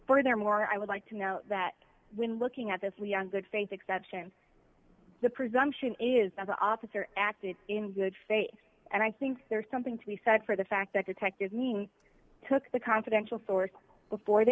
furthermore i would like to note that when looking at this we answered faith exception the presumption is that the officer acted in good faith and i think there's something to be said for the fact that detectives mean took the confidential source before t